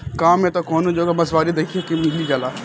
गांव में त कवनो जगह बँसवारी देखे के मिल जाला